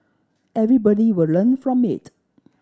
everybody will learn from it